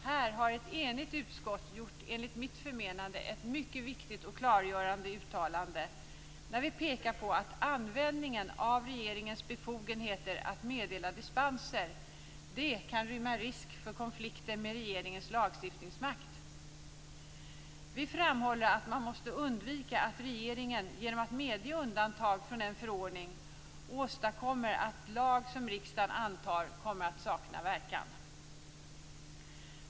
Här har ett enigt utskott gjort ett, enligt mitt förmenande, mycket viktigt och klargörande uttalande när vi pekar på att användningen av regeringens befogenheter att meddela dispenser kan rymma risk för konflikter med regeringens lagstiftningsmakt. Vi framhåller att man måste undvika att regeringen genom att medge undantag från en förordning åstadkommer att lag som riksdagen antar kommer att sakna verkan.